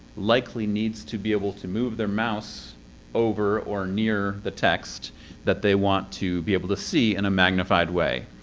likely needs to be able to move their mouse over or near the text that they want to be able to see in a magnified way.